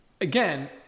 Again